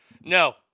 No